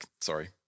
Sorry